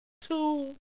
two